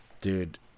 Dude